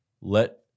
let